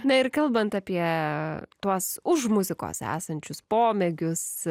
na ir kalbant apie tuos už muzikos esančius pomėgius